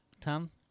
Tom